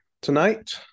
tonight